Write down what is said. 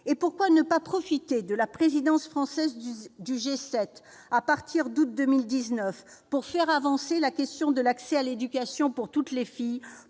» Pourquoi ne pas profiter de la présidence française du G7, à partir d'août 2019, pour faire avancer la question de l'accès à l'éducation pour toutes les filles,